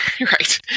right